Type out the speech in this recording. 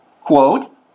quote